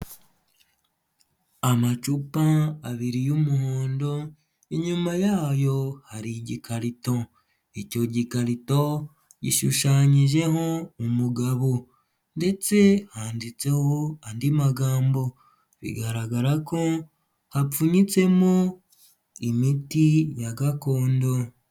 Amacupa abiri y'umuhondo, inyuma yayo hari igikarito, icyo gikarito gishushanyijeho umugabo ndetse handitseho andi magambo, bigaragara ko hapfunyitsemo imiti ya gakondo.